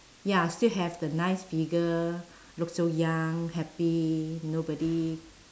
ya still have the nice figure look so young happy nobody